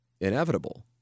inevitable